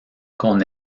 qu’on